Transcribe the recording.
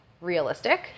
realistic